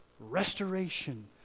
restoration